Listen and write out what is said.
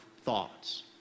thoughts